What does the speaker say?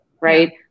right